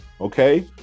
okay